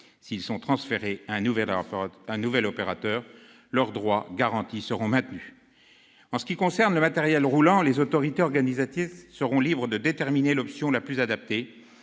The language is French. S'ils sont transférés à un nouvel opérateur, leurs droits garantis seront maintenus. En ce qui concerne les matériels roulants, les autorités organisatrices seront libres de déterminer l'option la plus adaptée